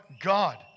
God